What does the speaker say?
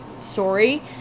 story